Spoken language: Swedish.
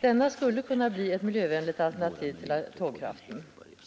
Detta skulle kunna bli ett miljövänligt alternativ till atomkraften.